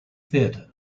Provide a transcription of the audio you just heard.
theater